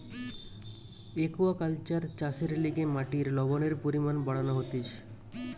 aquaculture চাষের লিগে মাটির লবণের পরিমান বাড়ানো হতিছে